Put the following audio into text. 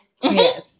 Yes